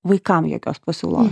vaikam jokios pasiūlos